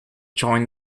join